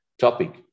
topic